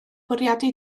bwriadu